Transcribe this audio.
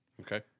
Okay